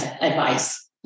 advice